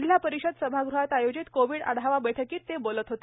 जिल्हा परिषद सभागृहात आयोजित कोविड आढावा बैठकीत ते बोलत होते